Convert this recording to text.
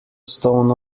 stone